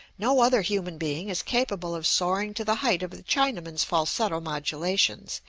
no other human being is capable of soaring to the height of the chinaman's falsetto modulations,